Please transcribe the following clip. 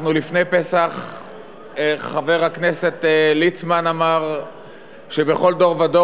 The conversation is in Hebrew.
לפני פסח חבר הכנסת ליצמן אמר שבכל דור ודור